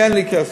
כי אין לי כסף.